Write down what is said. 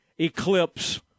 eclipse